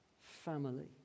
Family